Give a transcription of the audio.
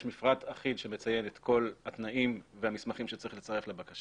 יש מפרט אחיד שמציין את כל התנאים והמסמכים שצריך לצרף לבקשה.